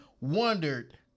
wondered